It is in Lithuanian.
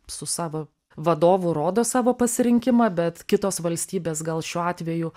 su savo vadovu rodo savo pasirinkimą bet kitos valstybės gal šiuo atveju